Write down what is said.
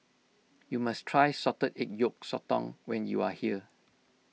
you must try Salted Egg Yolk Sotong when you are here